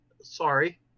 sorry